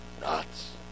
nuts